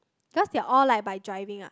cause they're all like by driving ah